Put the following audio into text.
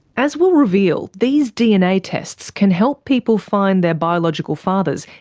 as we'll reveal, these dna tests can help people find their biological fathers,